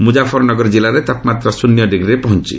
ମୁଜାଫରନଗର ଜିଲ୍ଲାରେ ତାପମାତ୍ରା ଶ୍ଚନ୍ୟ ଡିଗ୍ରୀରେ ପହଞ୍ଚିଛି